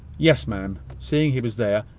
yes, ma'am seeing he was there,